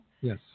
Yes